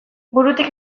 burutik